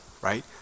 right